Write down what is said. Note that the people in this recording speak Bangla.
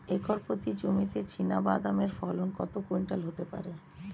একর প্রতি জমিতে চীনাবাদাম এর ফলন কত কুইন্টাল হতে পারে?